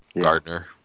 Gardner